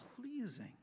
pleasing